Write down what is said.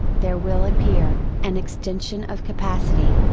there will appear, an extension of capacity,